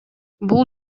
бул